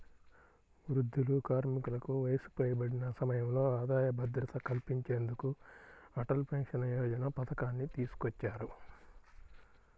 వృద్ధులు, కార్మికులకు వయసు పైబడిన సమయంలో ఆదాయ భద్రత కల్పించేందుకు అటల్ పెన్షన్ యోజన పథకాన్ని తీసుకొచ్చారు